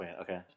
Okay